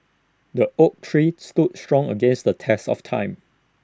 the oak tree stood strong against the test of time